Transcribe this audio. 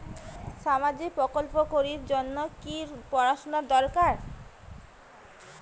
সামাজিক প্রকল্প করির জন্যে কি পড়াশুনা দরকার?